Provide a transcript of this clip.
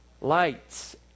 Lights